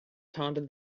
taunted